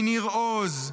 מניר עוז,